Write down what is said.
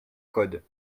code